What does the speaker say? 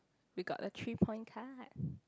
we got a three point card